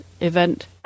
event